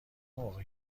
موقع